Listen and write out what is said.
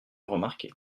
remarqué